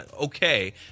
okay